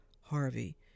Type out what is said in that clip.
Harvey